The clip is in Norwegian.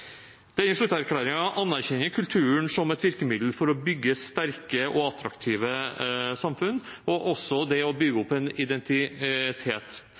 anerkjenner kulturen som et virkemiddel for å bygge sterke og attraktive samfunn, og også det å bygge opp en identitet.